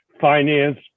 finance